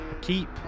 Keep